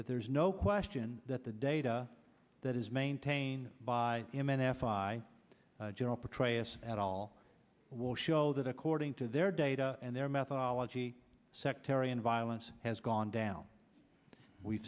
that there's no question that the data that is maintained by human f i a general petraeus at all will show that according to their data and their methodology sectarian violence has gone down we've